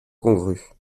congrue